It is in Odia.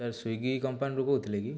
ସାର୍ ସ୍ଵିଗୀ କମ୍ପାନିରୁ କହୁଥିଲେ କି